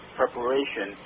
preparation